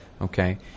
okay